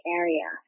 area